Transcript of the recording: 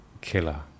killer